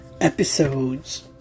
episodes